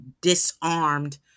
disarmed